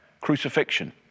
crucifixion